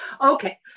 Okay